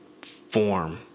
form